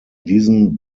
diesen